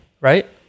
right